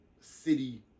city